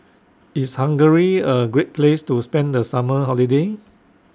IS Hungary A Great Place to spend The Summer Holiday